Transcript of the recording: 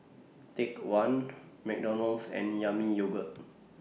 Take one McDonald's and Yami Yogurt